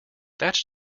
that’s